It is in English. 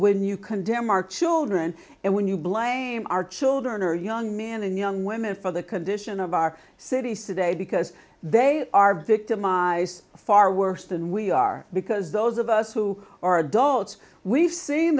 when you condemn our children and when you blame our children or young men and young women for the condition of our cities today because they are victimized far worse than we are because those of us who are adults we've seen